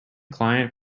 client